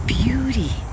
beauty